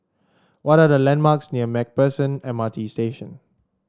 what are the landmarks near MacPherson M R T Station